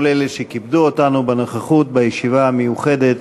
כל אלה שכיבדו אותנו בנוכחות בישיבה המיוחדת